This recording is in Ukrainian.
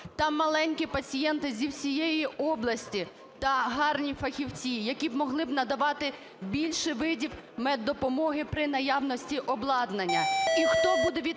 Там маленькі пацієнти зі всієї області та гарні фахівці, які б могли надавати більше видів меддопомоги при наявності обладнання.